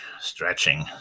stretching